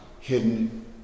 Hidden